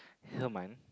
hillman